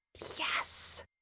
Yes